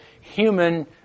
human